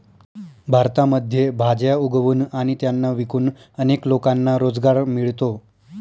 भारतामध्ये भाज्या उगवून आणि त्यांना विकून अनेक लोकांना रोजगार मिळतो